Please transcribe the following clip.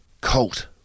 Colt